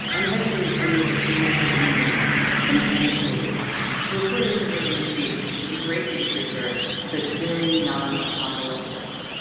and eventually, i made it to michael e. mann from penn state who, according to word on the street, is a great researcher but very nonapocalyptic.